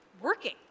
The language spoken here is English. working